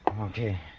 Okay